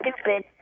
stupid